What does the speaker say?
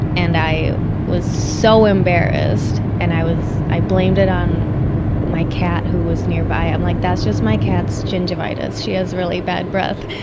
and i was so embarrassed. and i was. was. i blamed it on my cat who was nearby. i'm like, that's just my cats gingivitis. she has really bad breath.